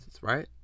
right